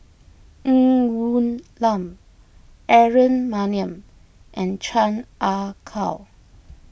Ng Woon Lam Aaron Maniam and Chan Ah Kow